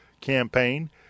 campaign